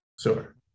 Sure